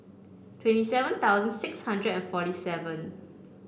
twenty seven thousand six hundred and forty five